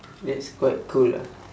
that's quite cool ah